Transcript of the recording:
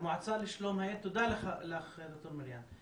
תודה לך, ד"ר מרים.